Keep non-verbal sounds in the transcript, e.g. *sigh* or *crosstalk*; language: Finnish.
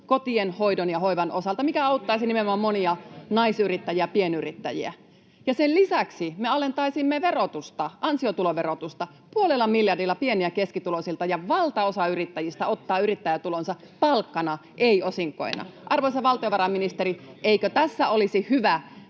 kotien hoidon ja hoivan osalta, mikä auttaisi nimenomaan monia naisyrittäjiä ja pienyrittäjiä. Sen lisäksi me alentaisimme ansiotuloverotusta puolella miljardilla pieni- ja keskituloisilta, ja valtaosa yrittäjistä ottaa yrittäjätulonsa palkkana, ei osinkoina. *noise* Arvoisa valtiovarainministeri, eikö tässä olisi hyvä